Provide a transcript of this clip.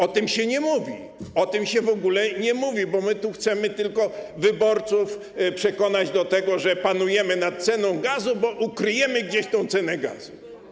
O tym się nie mówi, o tym się w ogóle nie mówi, bo my tu chcemy tylko przekonać wyborców do tego, że panujemy nad ceną gazu, bo ukryjemy gdzieś tę cenę gazu.